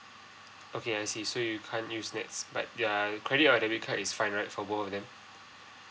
okay I see so you can't use nets but uh credit or debit card is fine right for both of them